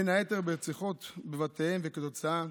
בין היתר ברציחות בבתיהם וכתוצאה